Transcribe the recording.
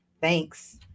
Thanks